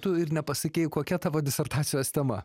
tu ir nepasakei kokia tavo disertacijos tema